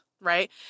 right